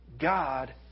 God